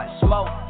smoke